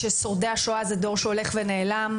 ששורדי השואה הם דור שהולך ונעלם,